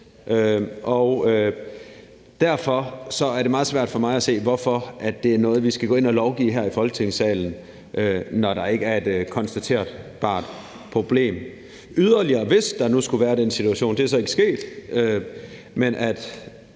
derfor er det meget svært for mig at se, hvorfor det er noget, vi skal gå ind at lovgive om her i Folketingssalen, altså når der ikke er et konstaterbart problem. Yderligere vil jeg sige, at hvis der nu skulle være den situation, og det er så ikke sket, men at